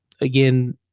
again